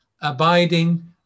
abiding